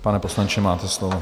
Pane poslanče, máte slovo.